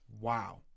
wow